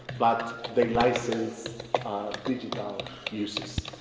but they license digital uses.